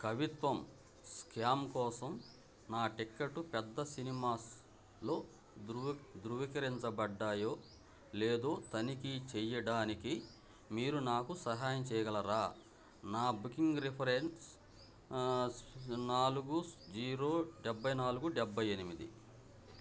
కవిత్వం స్కామ్ కోసం నా టిక్కెట్టు పెద్ద సినిమాస్లో ధృవీ ధృవీకరించబడ్డాయో లేదో తనిఖీ చెయ్యడానికి మీరు నాకు సహాయం చేయగలరా నా బుకింగ్ రిఫరెన్స్ నాలుగు జీరో డెబ్భై నాలుగు డెబ్బై ఎనిమిది